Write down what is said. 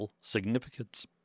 significance